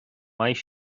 mbeidh